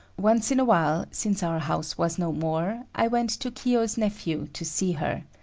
once in a while, since our house was no more, i went to kiyo's nephew's to see her.